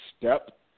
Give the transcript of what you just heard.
step